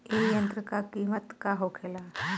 ए यंत्र का कीमत का होखेला?